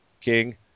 king